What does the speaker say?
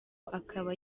akaba